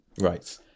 Right